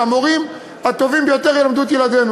שהמורים הטובים ביותר ילמדו את ילדינו.